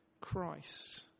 Christ